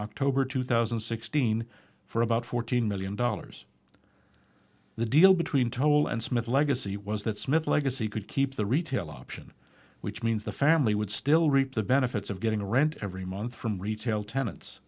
october two thousand and sixteen for about fourteen million dollars the deal between toll and smith legacy was that smith legacy could keep the retail option which means the family would still reaped the benefits of getting a rent every month from retail tenants